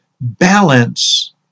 balance